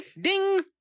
ding